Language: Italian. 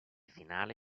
finale